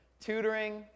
Tutoring